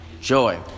joy